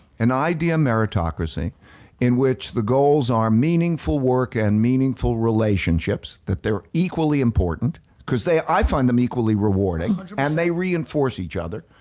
an idea meritocracy in which the goals are meaningful work and meaningful relationships, that they're equally important cause i find them equally rewarding and they reinforce each other.